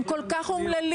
הם כל כך אומללים.